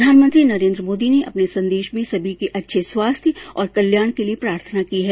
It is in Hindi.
प्रधानमंत्री नरेन्द्र मोदी ने अपने संदेश में सभी के अच्छे स्वास्थ्य और कल्याण के लिए प्रार्थना की है